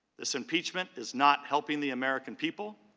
this impeachment is not helping the american people,